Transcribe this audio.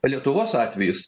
lietuvos atvejis